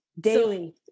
Daily